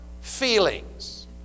feelings